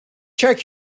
check